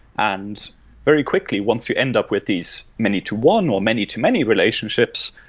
and very quickly, once you end up with these many to one, or many to many relationships,